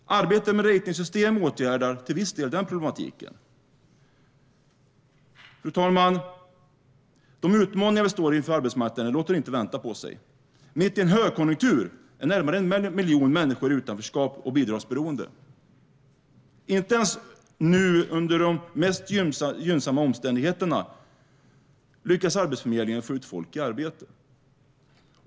Arbetet med ratingsystem åtgärdar till viss del den problematiken. Fru talman! De utmaningar vi står inför på arbetsmarknaden låter inte vänta på sig. Mitt i en högkonjunktur är närmare 1 miljon människor i utanförskap och bidragsberoende. Inte ens nu, under de mest gynnsamma omständigheterna, lyckas Arbetsförmedlingen med att få ut folk i arbete.